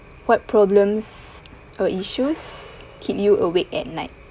what problems or issues keep you awake at night